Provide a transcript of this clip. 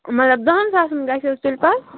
مطلب دہَن ساسَن گژِھ حظ تیٚلہِ پتہٕ